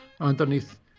underneath